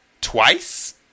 twice